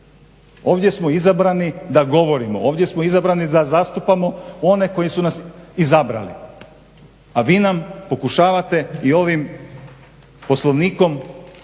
Ovdje smo izabrani da govorimo, ovdje smo izabrani da zastupamo one koji su nas izabrali a vi nam pokušavate i ovim poslovnikom